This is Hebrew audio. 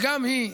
וגם היא,